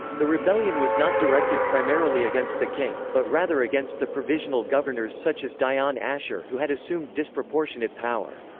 the rebellion was not directed primarily against the king, but rather against the provisional governors such as dayan-ashur who had assumed disproportionate power.